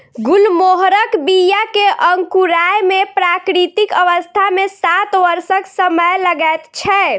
गुलमोहरक बीया के अंकुराय मे प्राकृतिक अवस्था मे सात वर्षक समय लगैत छै